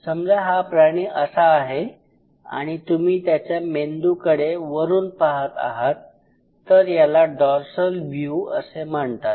समजा हा प्राणी असा आहे आणि तुम्ही त्याच्या मेंदूकडे वरून पाहत आहात तर याला डॉर्सल व्यू असे म्हणतात